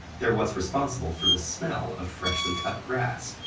they're what's responsible for the smell of freshly cut grass.